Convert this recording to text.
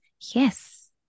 Yes